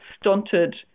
stunted